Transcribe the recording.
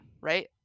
Right